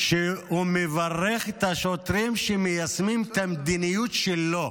-- כשהוא מברך את השוטרים שמיישמים את המדיניות שלו,